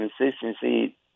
consistency